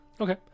Okay